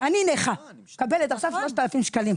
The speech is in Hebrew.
אני נכה, מקבלת עכשיו 3,000 שקלים.